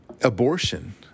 abortion